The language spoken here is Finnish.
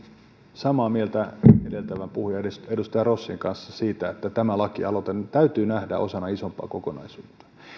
samaa mieltä edeltävän puhujan edustaja rossin kanssa siitä että tämä lakialoite nyt täytyy nähdä osana isompaa kokonaisuutta